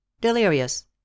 Delirious